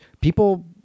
people